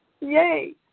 Yay